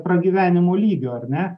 pragyvenimo lygio ar ne